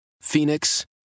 Phoenix